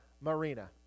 Marina